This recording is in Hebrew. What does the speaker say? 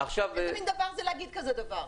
איזה מן דבר זה להגיד כזה דבר?